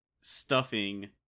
stuffing